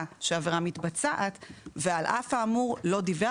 שהעבירה מתבצעת ועל אף האמור לא דיווח.